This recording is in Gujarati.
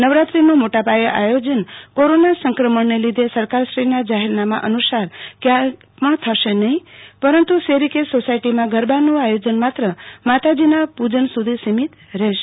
નવરાત્રીનું મોટા પાયે આયોજન કોરોના સંક્રમણ ને લીધે સરકાર શ્રીના જાહેરનામાં અનુસાર ક્યાય પણ થશે નહિ પરંતુ શેરી કે સોસાયટીમાં ગરબાનું આયોજન માત્ર માતાજીના પૂજન સુધી સીમિત રહેશે